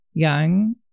young